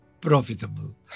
profitable